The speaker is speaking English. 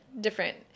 different